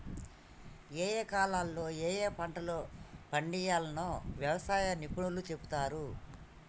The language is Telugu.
ఏయే కాలాల్లో ఏయే పంటలు పండియ్యాల్నో వ్యవసాయ నిపుణులు చెపుతారు